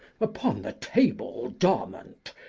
upon the table dormant,